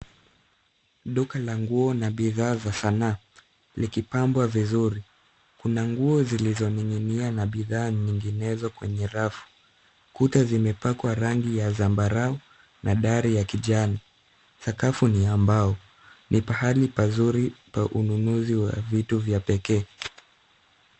Duka la nguo na bidhaa za sanaa likipambwa vizuri. Kuna nguo zilizoning'inia na bidhaa nyinginezo kwenye rafu. Kuta zimepakwa rangi ya zambarau na dari ya kijani. Sakafu ni ya mbao, ni pahali pazuri pa ununuzi wa vitu vya pekee.